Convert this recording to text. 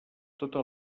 tota